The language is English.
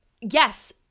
yes